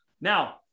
Now